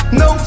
no